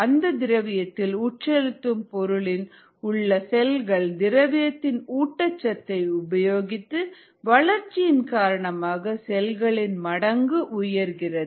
அந்த திரவியத்தில் உட்செலுத்தும் பொருளில் உள்ள செல்கள் திரவியத்தின் ஊட்டச்சத்தை உபயோகித்து வளர்ச்சியின் காரணமாக செல்களின் மடங்கு உயர்கிறது